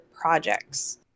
projects